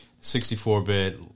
64-bit